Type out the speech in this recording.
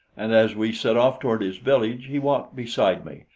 and as we set off toward his village, he walked beside me,